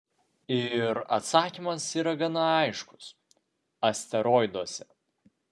ir atsakymas yra gana aiškus asteroiduose